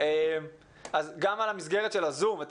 גם על המסגרת של הזום,